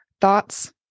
thoughts